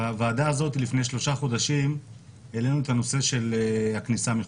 בוועדה הזאת לפני 3 חודשים העלינו את הנושא של הכניסה מחו"ל.